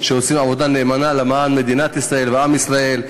שעושה עבודה נאמנה למען מדינת ישראל ועם ישראל,